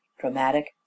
dramatic